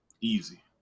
easy